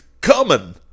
coming